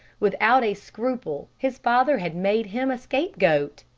without a scruple, his father had made him a scapegoat.